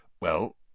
Well—